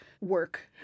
work